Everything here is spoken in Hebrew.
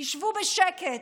שבו בשקט.